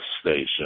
station